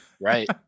right